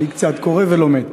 אני לא מתחנף, אני מחמיא באמת.